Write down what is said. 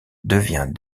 devient